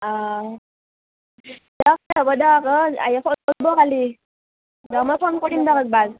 অঁ দিয়ক হ'ব দিয়ক অ' আহি ফোন কৰিব কালি মই ফোন কৰিম দিয়ক একবাৰ